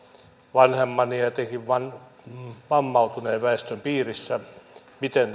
vanhemman ja ja etenkin vammautuneen väestön piirissä miten